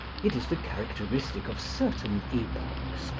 it is the characteristic of certain epochs,